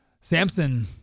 Samson